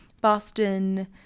Boston